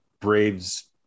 Braves